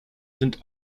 sind